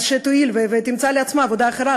אז שתואיל ותמצא לעצמה עבודה אחרת,